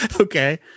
Okay